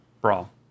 brawl